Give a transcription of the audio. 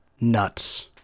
nuts